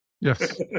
yes